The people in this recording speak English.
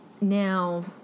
now